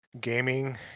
gaming